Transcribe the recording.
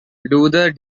luther